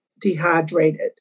dehydrated